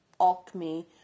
alchemy